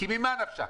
כי ממה נפשך?